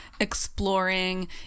exploring